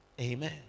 amen